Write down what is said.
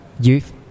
youth